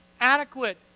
adequate